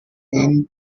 then